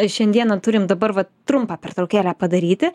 šiandieną turim dabar vat trumpą pertraukėlę padaryti